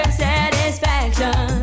satisfaction